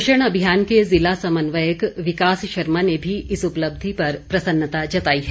पोषण अभियान के जिला समन्वयक विकास शर्मा ने भी इस उपलब्धि पर प्रसन्नता जताई है